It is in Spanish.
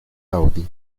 audi